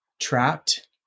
trapped